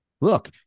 look